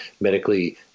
medically